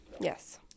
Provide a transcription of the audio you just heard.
Yes